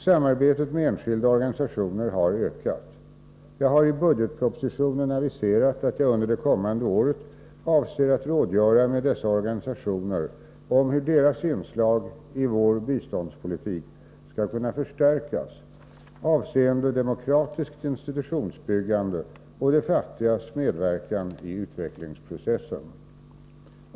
Samarbetet med enskilda organisationer har ökat. Jag har i budgetpropositionen aviserat att jag under det kommande året avser rådgöra med dessa organisationer om hur deras inslag i vår biståndspolitik skall kunna förstärkas avseende demokratiskt institutionsbyggande och de fattigas medverkan i utvecklingsprocessen.